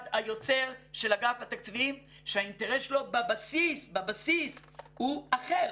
היוצר של אגף התקציבים שהאינטרס שלו בבסיס הוא אחר.